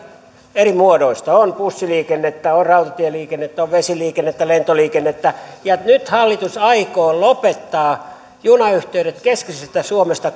eri muodoista on bussiliikennettä on rautatieliikennettä on vesiliikennettä lentoliikennettä ja nyt hallitus aikoo lopettaa junayhteydet keskisestä suomesta